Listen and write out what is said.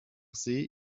see